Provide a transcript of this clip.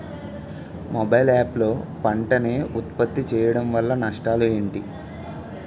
Mobile app లో పంట నే ఉప్పత్తి చేయడం వల్ల నష్టాలు ఏంటి?